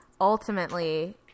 ultimately